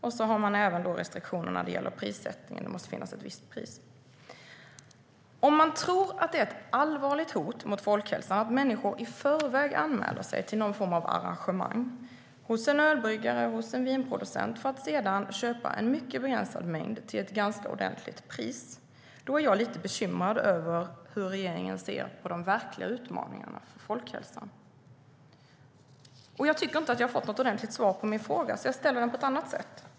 Man har även restriktioner när det gäller prissättning. Jag tycker inte att jag har fått något ordentligt svar på min fråga, så jag ställer den på ett annat sätt.